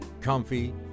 comfy